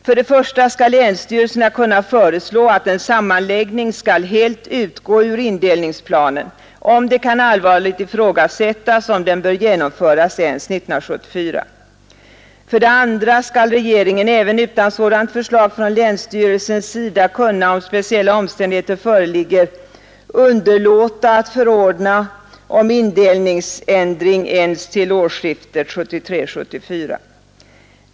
För det första skall länsstyrelserna kunna föreslå, att en sammanläggning skall helt utgå ur indelningsplanen, om det kan allvarligt ifrågasättas om den bör genomföras ens 1974. För det andra skall regeringen även utan sådant förslag från länsstyrelsens sida kunna, om speciella omständigheter föreligger, underlåta att förordna om indelningsändring ens till årsskiftet 1973/74.